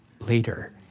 later